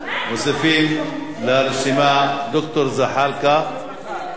מוסיפים לרשימה את ד"ר זחאלקה.